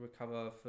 Recover